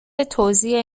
توزیع